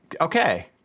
Okay